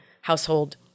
household